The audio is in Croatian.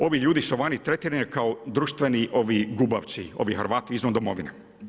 Ovi ljudi su vani tretirani kao društveni gubavci, ovi Hrvati izvan Domovine.